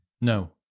No